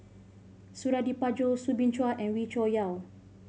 Suradi Parjo Soo Bin Chua and Wee Cho Yaw